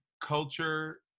culture